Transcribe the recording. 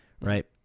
Right